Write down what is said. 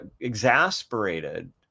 exasperated